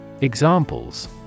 Examples